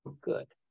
Good